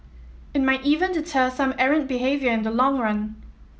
it might even deter some errant behaviour in the long run